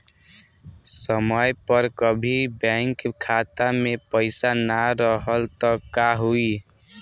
समय पर कभी बैंक खाता मे पईसा ना रहल त का होई?